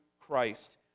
Christ